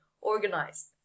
organized